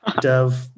Dev